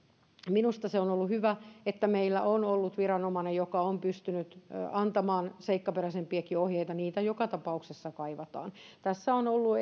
minusta se on ollut hyvä että meillä on ollut viranomainen joka on pystynyt antamaan seikkaperäisempiäkin ohjeita niitä joka tapauksessa kaivataan tässä on ollut